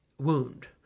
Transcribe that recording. wound